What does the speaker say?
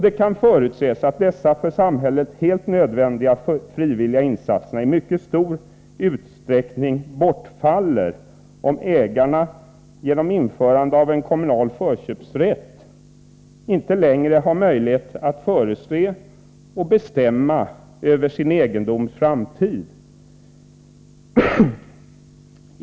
Det kan förutses att dessa för samhället helt nödvändiga frivilliga insatser i mycket stor utsträckning bortfaller, om ägarna genom införandet av en kommunal förköpsrätt inte längre har möjlighet att bestämma över och att förutse sin egendoms framtid.